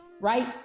Right